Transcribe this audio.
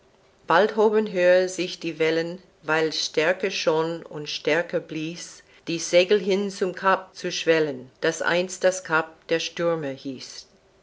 bald hoben höher sich die wellen weil's stärker schon und stärker blies die segel hin zum cap zu schwellen das einst das cap der stürme hieß